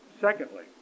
Secondly